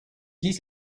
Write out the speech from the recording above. liste